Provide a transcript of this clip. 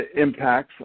impacts